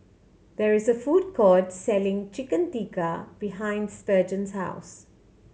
there is a food court selling Chicken Tikka behind Spurgeon's house